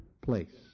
place